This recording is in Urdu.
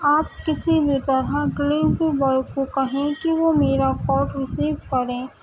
آپ کسی بھی طرح ڈیلیوری بوائے کو کہیں کہ وہ میرا فون ریسیو کریں